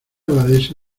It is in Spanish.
abadesa